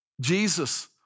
Jesus